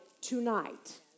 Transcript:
tonight